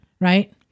right